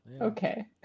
Okay